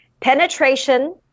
penetration